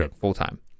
full-time